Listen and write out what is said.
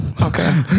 Okay